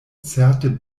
certe